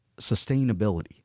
sustainability